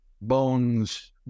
bones